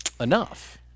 enough